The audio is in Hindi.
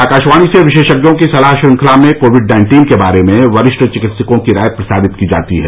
आकाशवाणी से विशेषज्ञों की सलाह श्रखंला में कोविड नाइन्टीन के बारे में वरिष्ठ चिकित्सकों की राय प्रसारित की जाती है